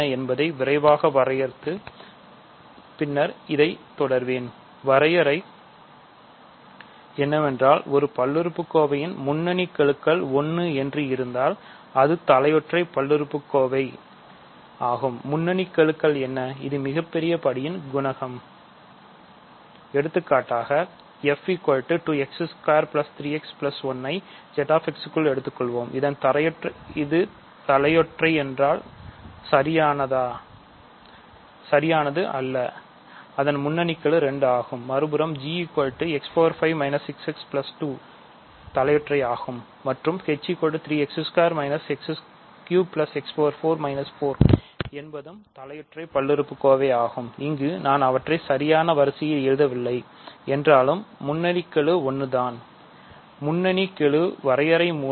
என்பதைப் பற்றி விளக்கப் போகிறேன் ஒரு தலையொற்றை என்றால் சரியானது அல்ல அதன் முன்னணி கெழு 2 ஆகும்